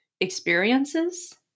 experiences